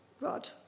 rod